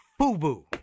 FUBU